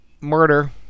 Murder